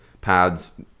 pads